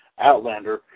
Outlander